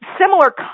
similar